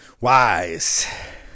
Wise